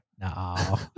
No